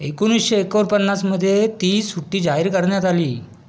एकोणीसशे एकोणपन्नासमध्ये ती सुट्टी जाहीर करण्यात आली